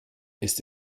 ist